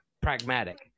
pragmatic